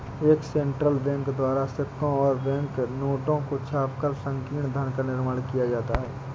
एक central bank द्वारा सिक्कों और बैंक नोटों को छापकर संकीर्ण धन का निर्माण किया जाता है